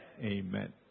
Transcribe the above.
Amen